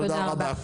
תודה רבה.